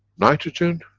nitrogen,